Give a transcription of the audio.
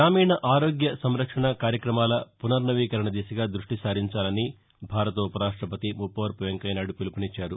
గ్రామీణ ఆరోగ్య సంరక్షణ కార్యక్రమాల పునర్నవీకరణ దిశగా దృష్టి సారించాలని భారత ఉ పరాష్టపతి ముప్పవరపు వెంకయ్య నాయుడు పిలుపునిచ్చారు